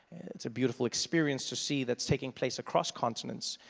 it's a beautiful experience to see that's taking place across continents.